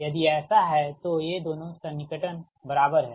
यदि ऐसा है तो ये दोनों सन्निकटन बराबर हैं